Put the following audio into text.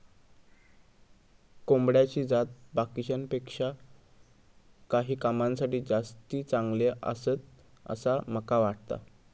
कोंबड्याची जाती बाकीच्यांपेक्षा काही कामांसाठी जास्ती चांगले आसत, असा माका वाटता